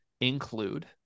include